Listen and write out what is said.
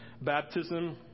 Baptism